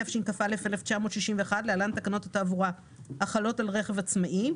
התשכ"א-1961 (להלן תקנות התעבורה) החלות על רכב עצמאי,